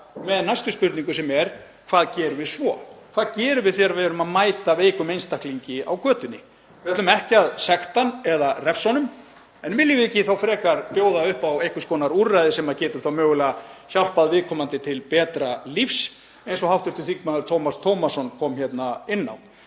næstu spurningu sem er: Hvað gerum við svo? Hvað gerum við þegar við erum að mæta veikum einstaklingi á götunni? Við ætlum ekki að sekta hann eða refsa honum. En viljum við ekki frekar bjóða upp á einhvers konar úrræði sem geta mögulega hjálpað viðkomandi til betra lífs, eins og hv. þm. Tómas Tómasson kom hérna inn á?